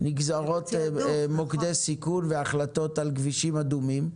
נגזרות מוקדי סיכון והחלטות על כבישים אדומים.